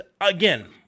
again